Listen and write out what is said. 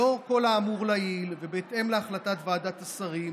לאור כל האמור לעיל ובהתאם להחלטת ועדת השרים,